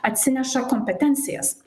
atsineša kompetencijas